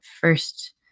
first